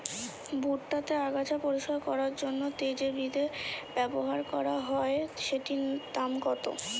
ভুট্টা তে আগাছা পরিষ্কার করার জন্য তে যে বিদে ব্যবহার করা হয় সেটির দাম কত?